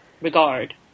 regard